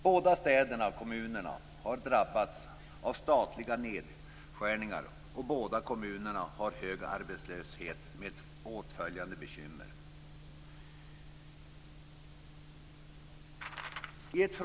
Båda städerna/kommunerna har drabbats av statliga nedskärningar, och båda kommunerna har hög arbetslöshet med åtföljande bekymmer.